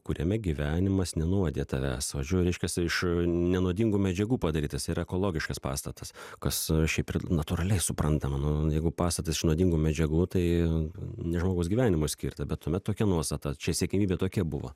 kuriame gyvenimas nenuodija tavęs aš žiūriu reiškias iš nenuodingų medžiagų padarytas yra ekologiškas pastatas kas šiaip natūraliai suprantama nu jeigu pastatas nuodingų medžiagų tai ne žmogaus gyvenimui skirta bet tuomet tokia nuostata čia siekiamybė tokia buvo